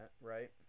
right